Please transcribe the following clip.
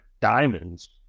diamonds